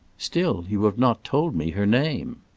still you have not told me her name.